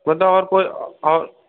मतलब और कोई और